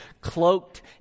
cloaked